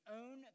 own